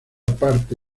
parte